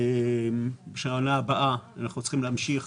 בשנה הבאה אנחנו צריכים להמשיך